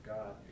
God